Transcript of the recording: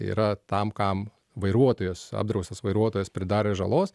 yra tam kam vairuotojas apdraustas vairuotojas pridarė žalos